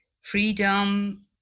freedom